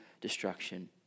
destruction